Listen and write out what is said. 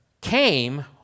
came